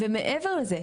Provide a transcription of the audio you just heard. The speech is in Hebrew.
ומעבר לזה,